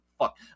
fuck